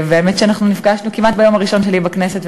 האמת שאנחנו נפגשנו כמעט ביום הראשון שלי בכנסת,